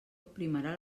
primarà